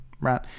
right